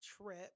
trip